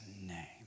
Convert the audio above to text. name